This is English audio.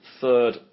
Third